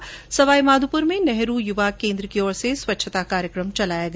इधर सवाईमाधोपुर में नेहरू युवा केन्द्र की ओर से स्वच्छता कार्यक्रम चलाया गया